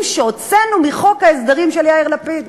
שהוצאנו מחוק ההסדרים של יאיר לפיד?